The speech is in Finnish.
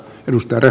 muster